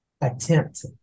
attempt